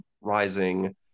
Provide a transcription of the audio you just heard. rising